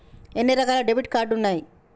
ఎన్ని రకాల debit card ఉన్నాయి?